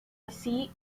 así